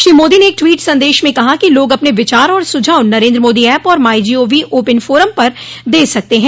श्री मोदी ने एक ट्वीट संदेश में कहा कि लोग अपने विचार और सुझाव नरेन्द्र मोदी ऐप और my G O V open forum पर दे सकते हैं